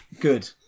Good